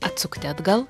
atsukti atgal